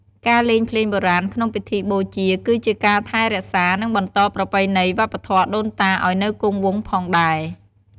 ការលេងភ្លេងបុរាណក្នុងពិធីបូជា គឺជាការថែរក្សា និងបន្តប្រពៃណីវប្បធម៌ដូនតាឲ្យនៅគង់វង្សផងដែរ។